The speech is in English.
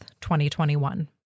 2021